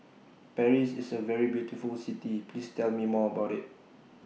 Paris IS A very beautiful City Please Tell Me More about IT